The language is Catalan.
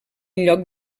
lloc